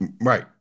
Right